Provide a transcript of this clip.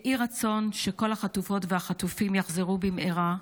יהי רצון שכל החטופות והחטופים יחזרו במהרה,